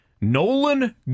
Nolan